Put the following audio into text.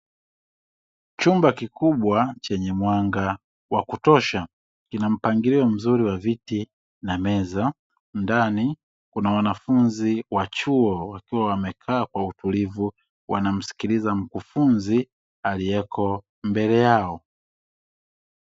Chumba kikubwa chenye mwanga wa kutosha, kina mpangilio mzuri wa viti na meza, ndani kuna wanafunzi wa chuo wakiwa wamekaa kwa utulivu, wanamsikiliza mkufunzi aliyeko mbele yao.